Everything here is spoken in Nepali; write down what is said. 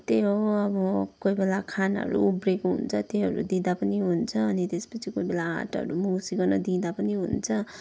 त्यही हो अब कोही बेला खानाहरू उब्रेको हुन्छ त्यहीहरू दिँदा पनि हुन्छ अनि त्यसपछि कोही बेला आँटाहरू मुसिकन दिँदा पनि हुन्छ